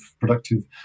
productive